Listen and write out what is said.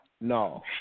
No